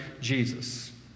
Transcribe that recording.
Jesus